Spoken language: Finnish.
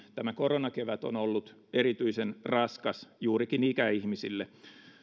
tämä koronakevät on ollut erityisen raskas juurikin ikäihmisille